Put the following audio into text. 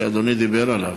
שאדוני דיבר עליו.